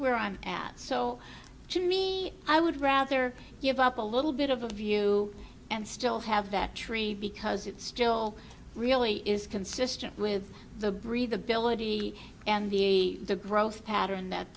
where i'm at so to me i would rather give up a little bit of a view and still have that tree because it still really is consistent with the breathability and the the growth pattern that